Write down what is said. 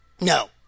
no